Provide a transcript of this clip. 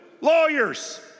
Lawyers